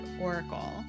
Oracle